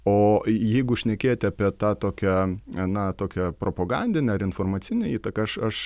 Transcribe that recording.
o jeigu šnekėti apie tą tokią na tokią propagandinę ar informacinę įtaką aš aš